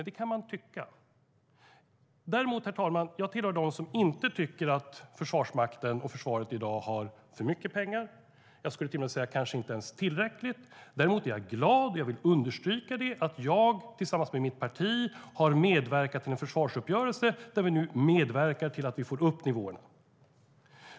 Det kan man tycka. Jag tillhör dock dem som inte tycker att Försvarsmakten, försvaret, i dag har för mycket pengar. Jag skulle till och med kunna säga att de inte ens har tillräckligt. Däremot är jag glad att jag tillsammans med mitt parti har medverkat till - jag vill understryka det - den försvarsuppgörelse som innebär att vi nu får upp nivåerna.